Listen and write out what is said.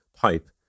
pipe